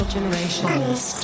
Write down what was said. Generations